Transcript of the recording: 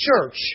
church